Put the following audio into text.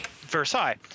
Versailles